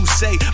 say